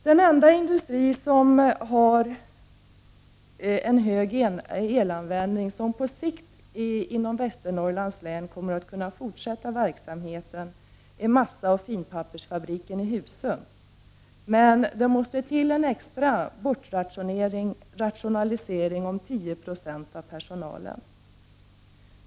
Den enda industri i Västernorrlands län som har en stor elanvändning och som på sikt kommer att kunna fortsätta verksamheten är massaoch finpappersfabriken i Husum, men 10 26 av personalen måste bortrationaliseras.